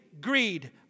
greed